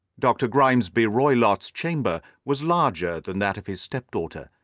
dr. grimesby roylott's chamber was larger than that of his step-daughter,